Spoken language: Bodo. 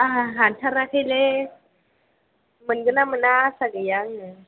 आंहा हाथाराखैलै मोनगोन ना मोना आसा गैया आङो